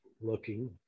looking